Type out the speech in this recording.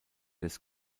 des